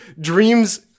dreams